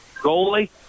Goalie